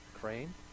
Crane